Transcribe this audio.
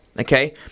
Okay